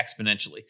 exponentially